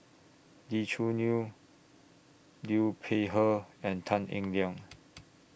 Lee Choo Neo Liu Peihe and Tan Eng Liang